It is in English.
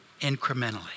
Incrementally